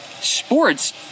sports